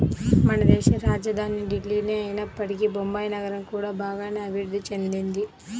మనదేశ రాజధాని ఢిల్లీనే అయినప్పటికీ బొంబాయి నగరం కూడా బాగానే అభిరుద్ధి చెందింది